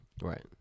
right